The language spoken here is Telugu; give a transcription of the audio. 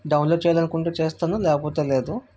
డౌన్లోడ్ చేయాలని అనుకుంటే చేస్తాను లేకపోతే లేదు